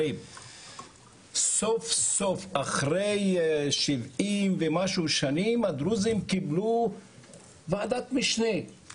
סוף סוף אחרי שבעים ומשהו שנים הדרוזים קיבלו ועדת משנה.